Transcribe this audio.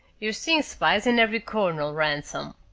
you're seeing spies in every corner, ransell,